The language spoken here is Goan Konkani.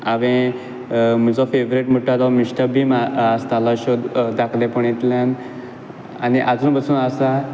हांवें म्हजो फेवरेट म्हणटा तो मिस्टर बीन आसतालो शॉ धाखलेपणींतल्यान आनी आजून पासून आसा